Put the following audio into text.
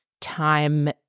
time